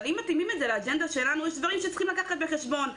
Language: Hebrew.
אבל יש דברים שצריכים לקחת בחשבון.